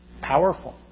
Powerful